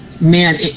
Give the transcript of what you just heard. man